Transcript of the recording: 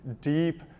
deep